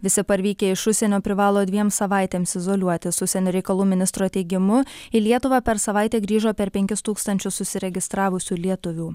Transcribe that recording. visi parvykę iš užsienio privalo dviem savaitėms izoliuotis užsienio reikalų ministro teigimu į lietuvą per savaitę grįžo per penkis tūkstančius užsiregistravusių lietuvių